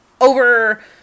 over